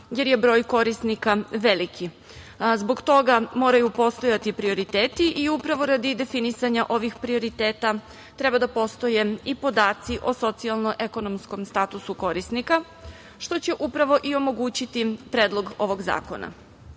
jer je broj korisnika veliki. Zbog toga moraju postojati prioriteti i upravo radi definisanja ovih prioriteta treba da postoje i podaci o socijalno – ekonomskom statusu korisnika, što će upravo i omogućiti Predlog ovog zakona. Dakle,